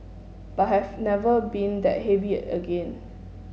but I have never been that heavy again